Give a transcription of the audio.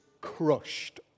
crushed